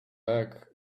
back